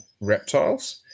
reptiles